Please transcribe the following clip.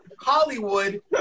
hollywood